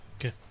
okay